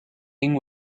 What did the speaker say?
being